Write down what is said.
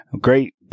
great